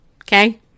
Okay